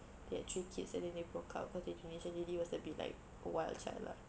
they had three kids and then broke up cause the indonesian lady was a bit like a wild child lah